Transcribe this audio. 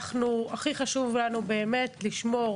הכי חשוב לנו באמת לשמור